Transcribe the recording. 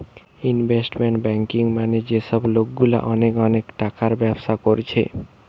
investment banking মানে যে সব লোকগুলা অনেক অনেক টাকার ব্যবসা কোরছে